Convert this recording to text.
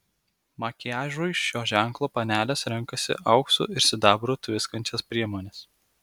makiažui šio ženklo panelės renkasi auksu ir sidabru tviskančias priemones